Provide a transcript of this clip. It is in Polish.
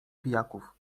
pijaków